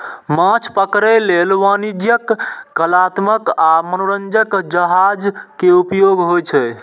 माछ पकड़ै लेल वाणिज्यिक, कलात्मक आ मनोरंजक जहाज के उपयोग होइ छै